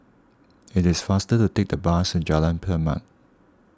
it is faster to take the bus to Jalan Per Mat